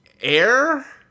air